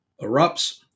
erupts